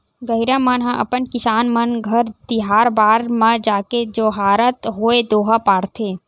गहिरा मन ह अपन किसान मन घर तिहार बार म जाके जोहारत होय दोहा पारथे